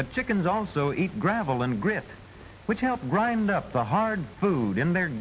but chickens also eat gravel and grit which helps grind up the hard food in their